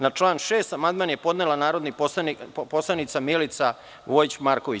Na član 6. amandman je podnela narodna poslanica Milica Vojić Marković.